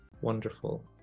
wonderful